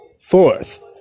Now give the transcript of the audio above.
fourth